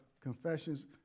confessions